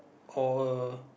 call her